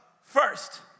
first